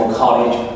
college